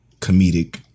comedic